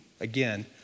again